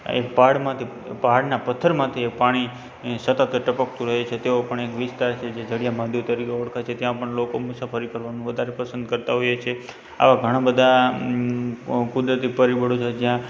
એ પહાડમાંથી પહાડના પથ્થરમાંથી એ પાણી સતત ટપકતું રહે છે તેવો પણ એક વિસ્તાર છે જે જડિયા મહાદેવ તરીકે ઓળખાય છે ત્યાં પણ લોકો મુસાફરી કરવાનું વધારે પસંદ કરતા હોઈએ છીએ આવા ઘણા બધા કુદરતી પરિબળો છે જ્યાં